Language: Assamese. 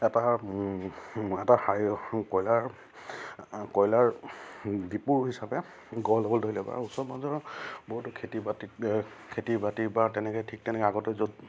এটা এটা হাৰি কয়লাৰ কয়লাৰ দিপু হিচাপে গঢ় ল'বলৈ ধৰিলে বা ওচৰ পাঁজৰে বহুতো খেতি বাতি খেতি বাতিত বা তেনেকৈ ঠিক তেনেকৈ আগতে য'ত